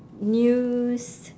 news